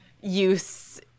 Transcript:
use